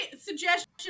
suggestion